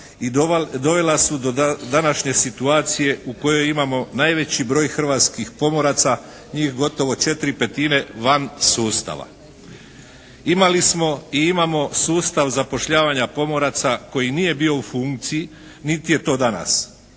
i dovela su do današnje situacije u kojoj imamo najveći broj hrvatskih pomoraca, njih gotovo četiri petine van sustava. Imali smo i imamo sustav zapošljavanja pomoraca koji nije bio u funkciji niti je to danas.